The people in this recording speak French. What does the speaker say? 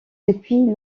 depuis